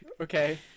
Okay